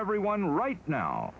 everyone right now